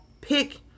pick